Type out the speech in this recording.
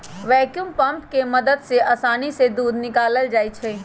vacuum pump के मदद से आसानी से दूध निकाकलल जाइ छै